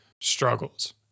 struggles